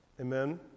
Amen